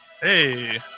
Hey